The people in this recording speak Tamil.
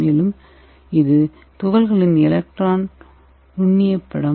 மேலும் இது துகள்களின் எலக்ட்ரான் நுண்ணிய படம்